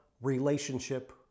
relationship